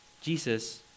Jesus